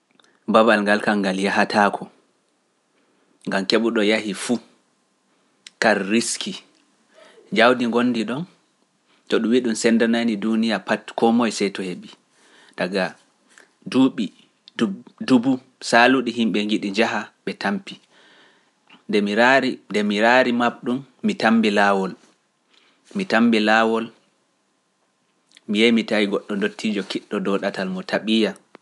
Babal ngal kangal yahataako, ngal keɓuɗo yahii fuu, kar riskii, jawdi ngondi ɗon, to ɗum wi’ ɗum sendanani duniya pati koo moye see to heɓi, taga duuɓi saaluɗi himɓe njiɗi njaha ɓe tampi, nde mi raari mabɗum, mi tammbi laawol, mi yeeyimi tawi goɗɗo ndottiijo kiɗɗo dow ɗatal mo taɓi ya.